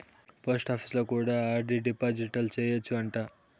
పోస్టాపీసులో కూడా RD deposit సేయచ్చు అంట